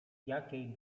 jakiej